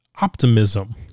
optimism